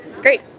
Great